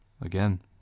Again